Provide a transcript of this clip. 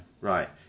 Right